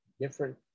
different